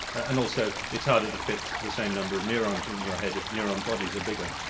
and also it's harder to fit the same number of neurons in your head if neuron bodies are bigger.